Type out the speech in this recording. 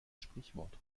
sprichwort